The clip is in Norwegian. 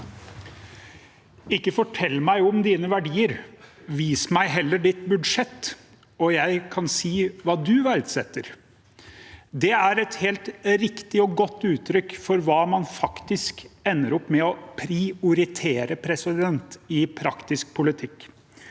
Ikke fortell meg om dine verdier, vis meg heller ditt budsjett, og jeg kan si hva du verdsetter. Det er et helt riktig og godt uttrykk for hva man faktisk ender opp med å prioritere i praktisk politikk.